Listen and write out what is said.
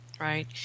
right